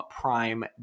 Prime